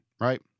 right